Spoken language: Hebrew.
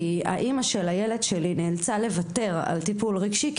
האימא של הילד שלי נאלצה לוותר על טיפול רגשי,